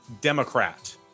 Democrat